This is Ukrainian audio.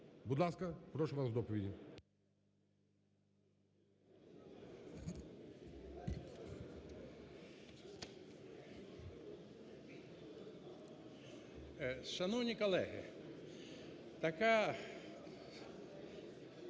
Будь ласка, прошу вас до доповіді.